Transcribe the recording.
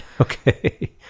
Okay